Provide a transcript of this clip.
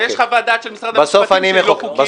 -- שיש חוות דעת של משרד המשפטים שזה לא חוקי.